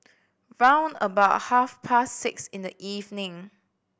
round about half past six in the evening